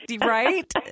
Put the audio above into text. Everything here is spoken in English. right